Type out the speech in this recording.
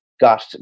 got